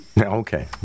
Okay